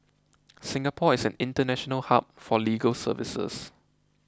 Singapore is an international hub for legal services